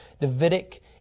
Davidic